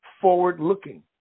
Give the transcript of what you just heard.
forward-looking